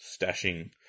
stashing